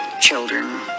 children